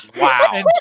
Wow